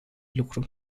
lucru